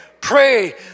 pray